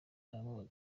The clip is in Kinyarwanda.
aramubaza